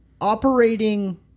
operating